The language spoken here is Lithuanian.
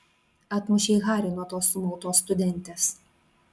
atmušei harį nuo tos sumautos studentės